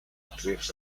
actriz